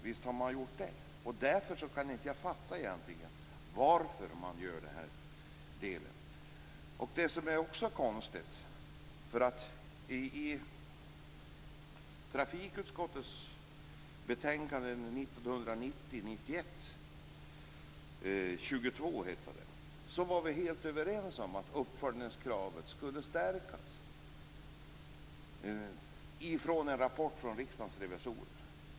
Visst har man gjort det. Därför kan jag inte fatta varför man egentligen gör det här. Det finns också något annat som är konstigt. I trafikutskottets betänkande 1990/91:22 var vi helt överens om att uppföljningskravet skulle stärkas utifrån en rapport från Riksdagens revisorer.